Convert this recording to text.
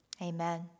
Amen